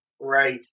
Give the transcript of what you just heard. Right